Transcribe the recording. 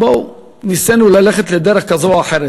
בואו, ניסינו ללכת לדרך כזו או אחרת.